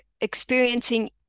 experiencing